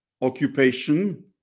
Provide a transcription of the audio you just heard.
occupation